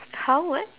how what